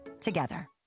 together